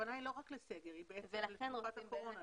הכוונה היא לא רק לסגר אלא לתקופת הקורונה,